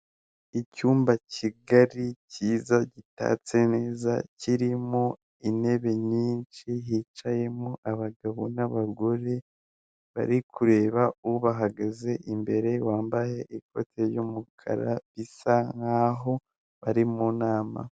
Icyumba kigari cyiza gitatse neza kirimo intebe nyinshi hicayemo abagabo n'abagore bari kureba ubahagaze imbere wambaye ikote ry'umukara bisa nkaho bari mu nama.